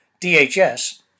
DHS